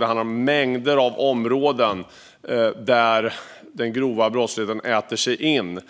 Det handlar om mängder av områden där den grova brottsligheten äter sig in